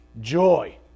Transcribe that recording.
joy